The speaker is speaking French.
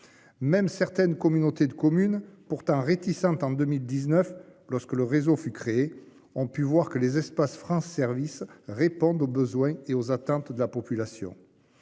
Même certaines communautés de communes pourtant réticente en 2019 lorsque le réseau fut créée, ont pu voir que les espaces France services répondent aux besoins et aux attentes de la population.